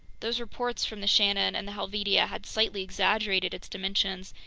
those reports from the shannon and the helvetia had slightly exaggerated its dimensions,